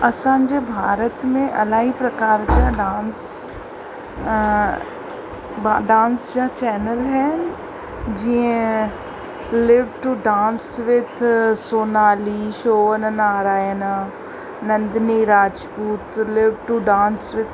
असांजे भारत में अलाई प्रकार जा डांस डांस जा चैनल आहिनि जीअं live to dance with Sonali Sohan Narayana Nandini Rajput live to dance with